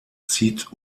zieht